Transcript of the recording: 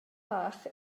bach